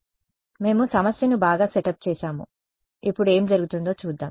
కాబట్టి మేము సమస్యను బాగా సెటప్ చేసాము ఇప్పుడు ఏమి జరుగుతుందో చూద్దాం